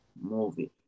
movie